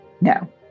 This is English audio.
No